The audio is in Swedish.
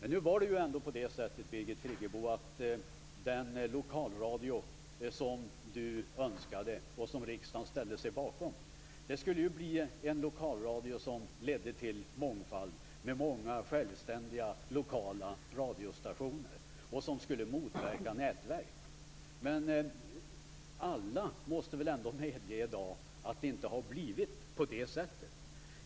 Nu var det så, Birgit Friggebo, att det förslag till lokalradio som du önskade, och som riksdagen ställde sig bakom, skulle bli en lokalradio med mångfald i fråga om många självständiga lokala radiostationer. Förslaget skulle motverka nätverk. Men alla måste väl ändå medge i dag att det inte har blivit så.